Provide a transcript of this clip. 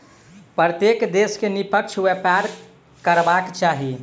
प्रत्येक देश के निष्पक्ष व्यापार करबाक चाही